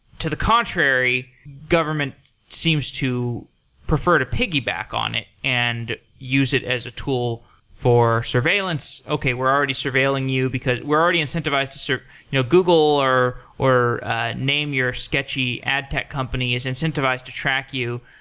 to the contrary, government seems to prefer to piggyback on it and use it as a tool for surveillance, okay. we're already surveilling you because we're already incentivized to so you know google, or or ah name your sketch ad tech company is incentivized to track you.